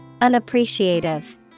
Unappreciative